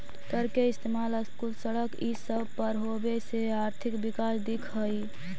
कर के इस्तेमाल स्कूल, सड़क ई सब पर होबे से आर्थिक विकास दिख हई